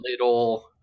little